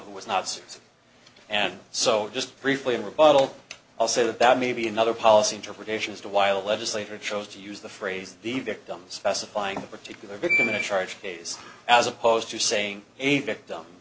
who was not and so just briefly in rebuttal i'll say that that may be another policy interpretation as to why a legislator chose to use the phrase the victim's specifying the particular victim in a charge case as opposed to saying a victim